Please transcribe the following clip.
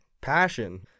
passion